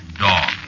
dog